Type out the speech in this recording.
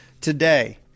today